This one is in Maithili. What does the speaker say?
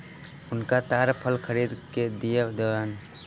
हुनका ताड़ फल खरीद के दअ दियौन